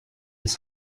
its